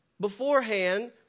beforehand